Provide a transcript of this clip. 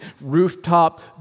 rooftop